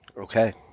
Okay